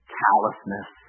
callousness